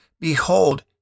behold